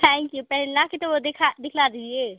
thank you पहले लाकर तो दिखा दिखला दीजिए